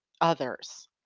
others